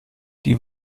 die